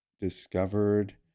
discovered